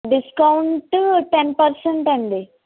discount ten percent అండి